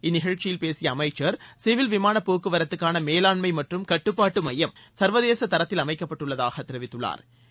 இந்நிகழ்ச்சியில் பேசிய அமைச்ச் சிவில் விமானப் போக்குவரத்துக்கான மேலாண்மை மற்றும் கட்டுப்பாட்டு மையம் சா்வதேச தரத்தில் அமைக்கப்பட்டுள்ளதாக தெரிவித்தாா்